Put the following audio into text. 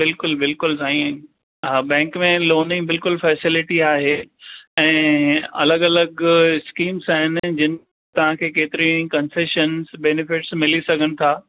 बिल्कुलु बिल्कुलु साईं हा बैंक में लोन ई बिल्कुलु फेसिलिटी आहे ऐं अलॻि अलॻि स्कीम्स आहिनि जिन तव्हांखे केतिरी कंसेशंस बैनिफिट्स मिली सघनि था